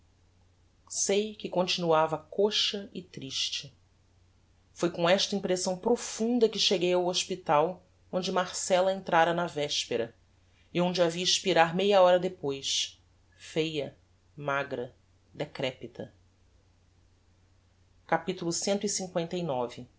sei que continuava coxa e triste foi com esta impressão profunda que cheguei ao hospital onde marcella entrara na vespera e onde a vi expirar meia hora depois feia magra decrepita capitulo